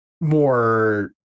More